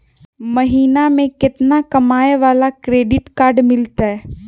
महीना में केतना कमाय वाला के क्रेडिट कार्ड मिलतै?